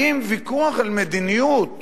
האם ויכוח על מדיניות